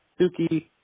Suki